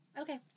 Okay